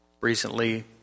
recently